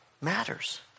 matters